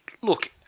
look